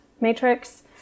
matrix